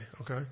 okay